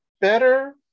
better